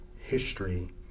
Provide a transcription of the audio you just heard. history